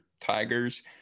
tigers